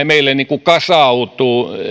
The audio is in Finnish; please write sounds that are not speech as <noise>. <unintelligible> meille niin kuin kasautuu